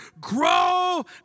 grow